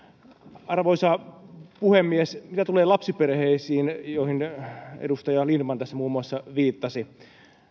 arvoisa puhemies mitä tulee lapsiperheisiin joihin edustaja lindtman tässä muun muassa viittasi